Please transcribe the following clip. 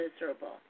miserable